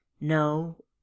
No